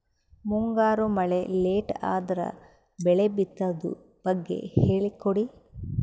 ಮುಂಗಾರು ಮಳೆ ಲೇಟ್ ಅದರ ಬೆಳೆ ಬಿತದು ಬಗ್ಗೆ ಹೇಳಿ ಕೊಡಿ?